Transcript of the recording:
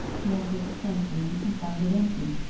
he entered the front room, and found it empty.